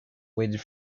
waited